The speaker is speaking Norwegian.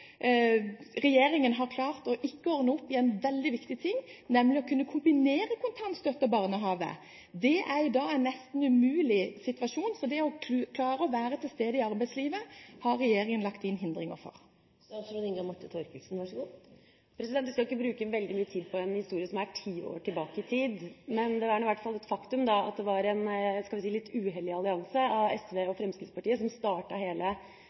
det å klare å være til stede i arbeidslivet har regjeringen lagt inn hindringer for. Vi skal ikke bruke veldig mye tid på en historie som er ti år tilbake i tid, men det er nå i hvert fall et faktum da, at det var en – skal vi si, litt uheldig – allianse av SV og Fremskrittspartiet som startet hele